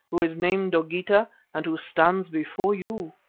who is named dogeetah, and who stands before you.